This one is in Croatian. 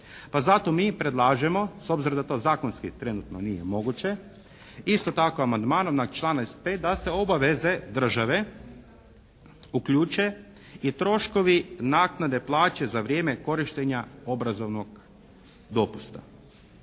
pa zato mi i predlažemo s obzirom da to zakonski trenutno nije moguće isto tako amandmanom na …/Govornik se ne razumije./… da se obaveze države uključe i troškovi naknade plaće za vrijeme korištenja obrazovnog dopusta.